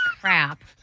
crap